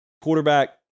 Quarterback